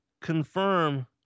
confirm